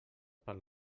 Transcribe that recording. per